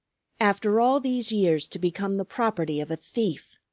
after all these years to become the property of a thief!